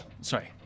sorry